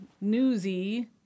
newsy